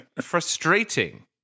frustrating